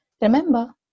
Remember